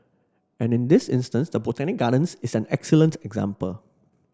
and in this instance the Botanic Gardens is an excellent example